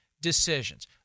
decisions